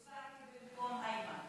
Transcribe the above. הצבעתי בטעות במקום איימן.